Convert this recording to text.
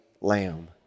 lamb